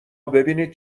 ببینید